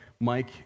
Mike